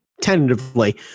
tentatively